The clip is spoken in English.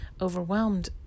overwhelmed